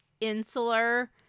insular